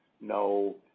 no